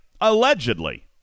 allegedly